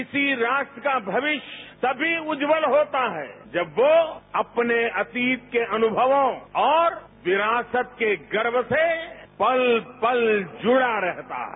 किसी राष्ट्र का भविष्य तभी उज्ज्वल होता है जब वो अपने अतीत के अनुभवों और विरासत के गर्व से पल पल जुड़ा रहता है